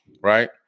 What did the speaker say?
right